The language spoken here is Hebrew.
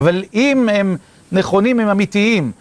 אבל אם הם נכונים, הם אמיתיים...